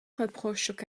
reprochent